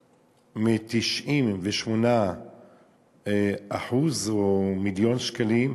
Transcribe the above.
מ-98 או 100 מיליון שקלים,